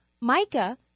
mica